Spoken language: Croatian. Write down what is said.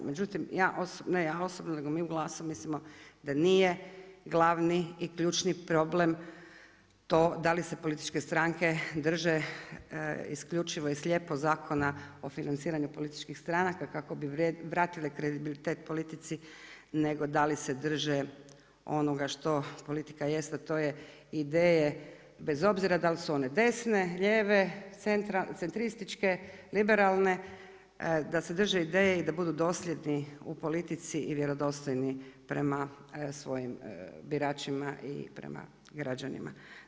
Međutim ja osobno, nego mi u GLAS-u mislimo da nije glavni i ključni problem to da li se političke stranke i slijepo Zakona o financiranju političkih stranaka kako bi vratile kredibilitet politici nego da li se drže ono što politika jest ideje, bez obzira dal' su one desne, lijeve, centrističke, liberalne, da se drže ideje i da budu dosljedni u politici i vjerodostojni prema svojim biračima i prema građanima.